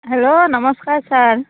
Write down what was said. hello নমস্কাৰ sir